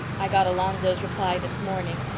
i got alonzo's reply this morning.